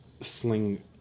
Sling